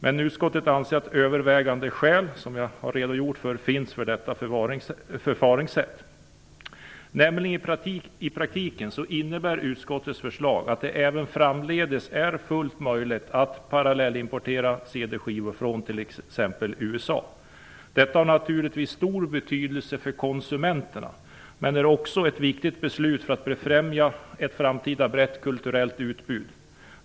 Men utskottet anser att det finns övervägande skäl för detta förfaringssätt, som jag har redogjort för. I praktiken innebär utskottets förslag nämligen att det även framdeles är fullt möjligt att parallellimportera CD-skivor från t.ex. USA. Detta har naturligtvis stor betydelse för konsumenterna men är också ett viktigt beslut för att befrämja ett framtida brett kulturellt utbud.